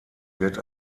wird